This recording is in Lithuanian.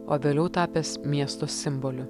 o vėliau tapęs miesto simboliu